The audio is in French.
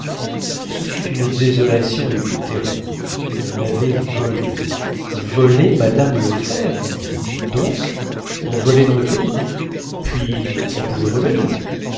ce fut une désolation et une terreur on avait volé volé mme lefèvre donc on volait dans le pays puis on pouvait revenir